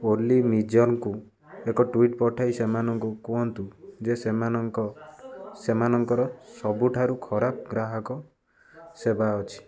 ଓଲି ମିଜରଙ୍କୁ ଏକ ଟ୍ୱିଟ୍ ପଠାଇ ସେମାନଙ୍କୁ କୁହନ୍ତୁ ଯେ ସେମାନ ସେମାନଙ୍କର ସବୁଠାରୁ ଖରାପ ଗ୍ରାହକ ସେବା ଅଛି